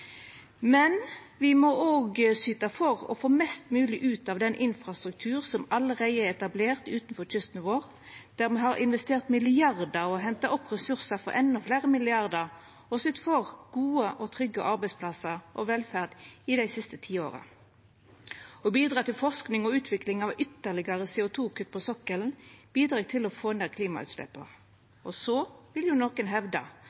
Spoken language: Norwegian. Men me må òg syta for å få mest mogleg ut av den infrastrukturen som allereie er etablert utanfor kysten vår, der me har investert milliardar, henta opp ressursar for endå fleire milliardar og sytt for gode og trygge arbeidsplassar og velferd i dei siste tiåra. Å bidra til forsking og utvikling av ytterlegare CO2-kutt på sokkelen bidreg til å få ned klimagassutsleppa. Så vil nokon hevda